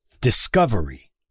Discovery